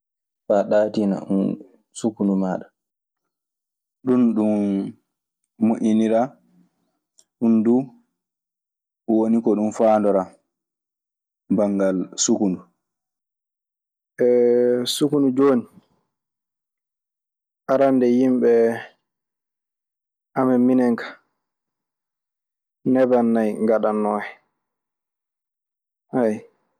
Faa ɗaatina hun- sukundu maaɗa. Ɗun ɗun moƴƴiniraa. Ɗun duu woniko ɗun faandoraa banngal sukundu. Sukundu jooni, arannde yimɓe amen minen ka neban nayi ngaɗanno hen.